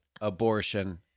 abortion